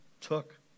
took